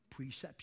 Preception